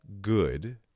good